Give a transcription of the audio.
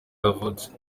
yavutse